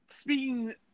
speaking